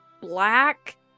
black